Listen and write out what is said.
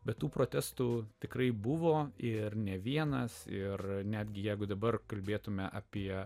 bet tų protestų tikrai buvo ir ne vienas ir netgi jeigu dabar kalbėtumėme apie